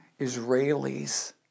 Israelis